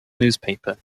newspaper